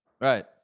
Right